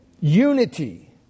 unity